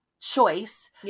choice